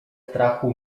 strachu